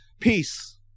peace